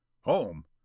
home